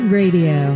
radio